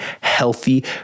healthy